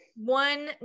one